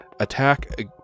attack